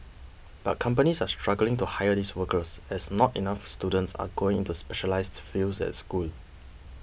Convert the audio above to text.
but companies are struggling to hire these workers as not enough students are going into specialised fields at school